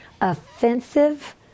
offensive